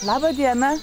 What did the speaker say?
laba diena